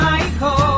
Michael